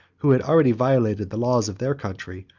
who had already violated the laws of their country,